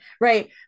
right